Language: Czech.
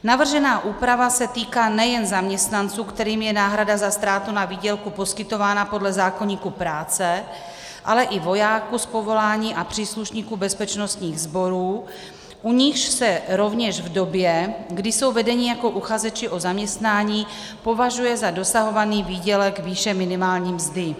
Navržená úprava se týká nejen zaměstnanců, kterým je náhrada za ztrátu na výdělku poskytována podle zákoníku práce, ale i vojáků z povolání a příslušníků bezpečnostních sborů, u nichž se rovněž v době, kdy jsou vedeni jako uchazeči o zaměstnání, považuje za dosahovaný výdělek výše minimální mzdy.